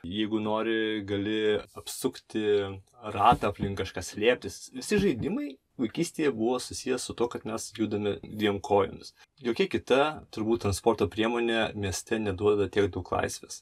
jeigu nori gali apsukti ratą aplink kažką slėptis visi žaidimai vaikystėje buvo susijęs su tuo kad mes judame dviem kojomis jokia kita turbūt transporto priemonė mieste neduoda tiek daug laisvės